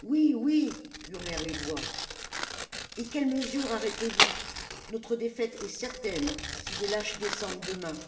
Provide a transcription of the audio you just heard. oui oui hurlèrent les voix et quelles mesures arrêtez-vous notre défaite est certaine si des lâches descendent demain